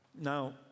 Now